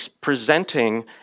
presenting